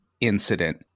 incident